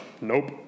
Nope